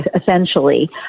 essentially